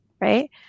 right